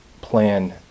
plan